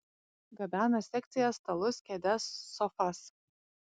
gabena sekcijas stalus kėdes sofas